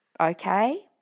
okay